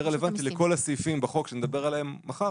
רלוונטי לכל הסעיפים בחוק שנדבר עליהם מחר,